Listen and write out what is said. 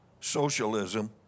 socialism